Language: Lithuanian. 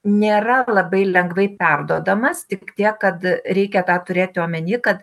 nėra labai lengvai perduodamas tik tiek kad reikia turėti omeny kad